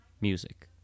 music